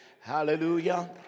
Hallelujah